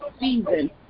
season